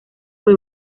fue